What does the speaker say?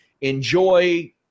Enjoy